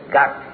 got